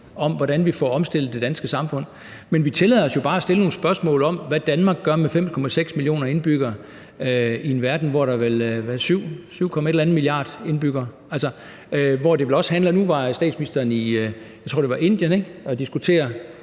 om, hvordan vi får omstillet det danske samfund. Men vi tillader os jo bare at stille nogle spørgsmål om, hvad Danmark med 5,6 millioner indbyggere gør i en verden, hvor der vel er ca. 7 milliarder indbyggere. Nu var statsministeren i Indien, tror jeg det var, og diskuterede